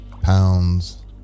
pounds